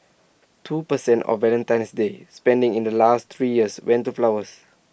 two per cent of Valentine's day spending in the last three years went to flowers